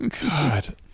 god